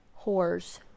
whores